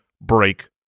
break